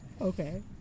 Okay